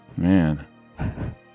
Man